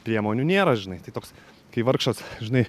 priemonių nėra žinai tai toks kai vargšas žinai